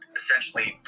essentially